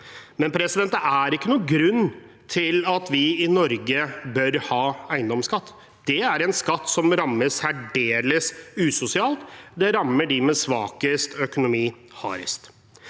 med systemet. Det er ikke noen grunn til at vi i Norge bør ha eiendomsskatt. Det er en skatt som rammer særdeles usosialt, det rammer dem med svakest økonomi hardest.